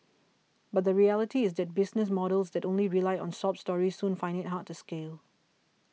but the reality is that business models that only rely on sob stories soon find it hard to scale